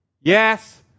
Yes